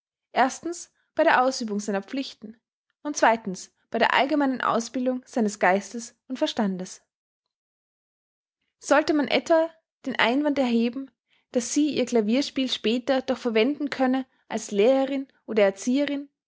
erstens bei der ausübung seiner pflichten und zweitens bei der allgemeinen ausbildung seines geistes und verstandes sollte man etwa den einwand erheben daß sie ihr klavierspiel später doch verwenden könne als lehrerin oder erzieherin